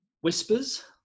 whispers